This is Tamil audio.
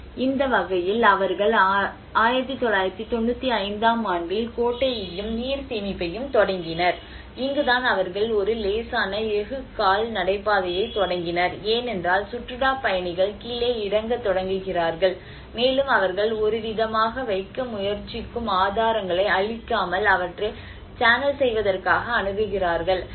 எனவே அந்த வகையில் அவர்கள் 1995 ஆம் ஆண்டில் கோட்டையையும் நீர் சேமிப்பையும் தொடங்கினர் இங்குதான் அவர்கள் ஒரு லேசான எஃகு கால் நடைபாதையைத் தொடங்கினர் ஏனென்றால் சுற்றுலாப் பயணிகள் கீழே இறங்கத் தொடங்குகிறார்கள் மேலும் அவர்கள் ஒருவிதமாக வைக்க முயற்சிக்கும் ஆதாரங்களை அழிக்காமல் அவற்றை சேனல் செய்வதற்காக அணுகுகிறார்கள்